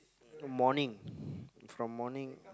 morning from morning